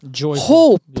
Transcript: hope